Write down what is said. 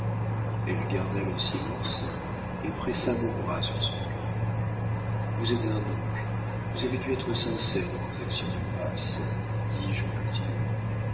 elle garda le silence et pressa mon bras sur son cœur vous êtes un ange vous avez dû être sincère dans vos actions de grâces dis-je en continuant